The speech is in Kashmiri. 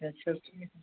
گرِ چھا حظ ٹھیٖک